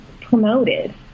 promoted